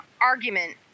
argument